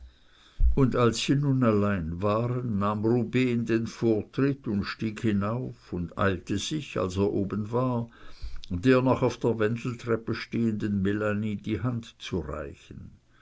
und als sie nun allein waren nahm rubehn den vortritt und stieg hinauf und eilte sich als er oben war der noch auf der wendeltreppe stehenden melanie die hand zu reichen